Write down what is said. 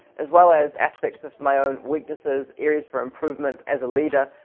as well as aspects of my own weaknesses, areas for improvement as a leader,